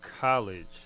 college